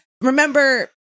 remember